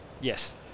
Yes